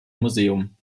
museum